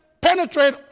penetrate